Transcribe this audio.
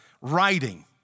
writing